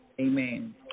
Amen